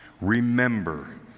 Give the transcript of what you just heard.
Remember